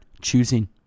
choosing